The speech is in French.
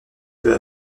peu